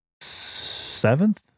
seventh